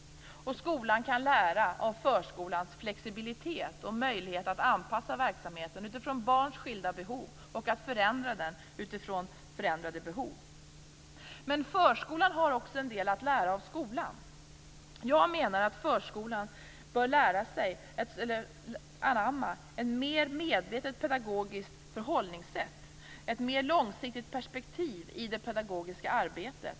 Skolan kan lära av förskolans flexibilitet och möjlighet att anpassa verksamheten utifrån barns skilda behov och att förändra den utifrån förändrade behov. Men förskolan har också en del att lära av skolan. Jag menar att förskolan bör anamma ett mer medvetet pedagogiskt förhållningssätt, ett mer långsiktigt perspektiv i det pedagogiska arbetet.